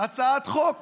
הצעת חוק